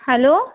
hello